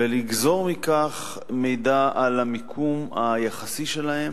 ולגזור מכך מידע על המיקום היחסי שלהם,